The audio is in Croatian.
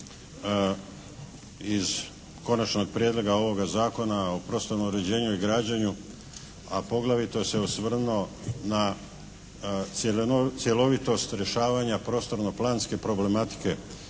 iz Konačnog prijedloga ovoga Zakona o prostornom uređenju i građenju a poglavito se osvrnuo na cjelovitost rješavanja prostorno-planske problematike.